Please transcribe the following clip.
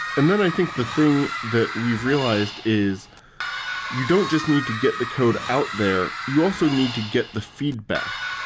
and then i think the thing that we've realized is you don't just need to get the code out there. you also need to get the feedback.